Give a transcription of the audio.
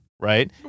Right